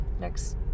next